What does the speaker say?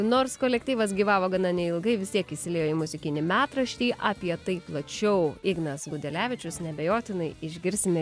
nors kolektyvas gyvavo gana neilgai vis tiek įsiliejo į muzikinį metraštį apie tai plačiau ignas gudelevičius neabejotinai išgirsime